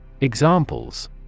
Examples